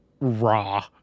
raw